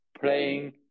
playing